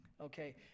Okay